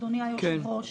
אדוני היושב-ראש.